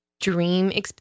dream